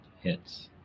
hits